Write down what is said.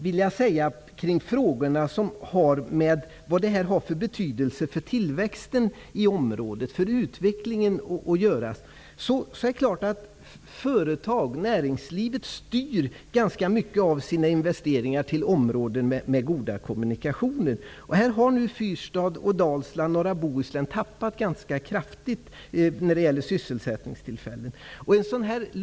Vad har det här för betydelse för tillväxten och utvecklingen i området? Näringslivet styr naturligtvis ganska mycket av sina investeringar till områden med goda kommunikationer. Nu har Fyrstadsområdet, Dalsland och Norra Bohuslän tappat sysselsättningstillfällen ganska kraftigt.